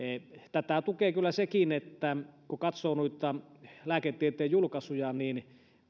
tätä tukee kyllä sekin että kun katsoo noita lääketieteen julkaisuja niin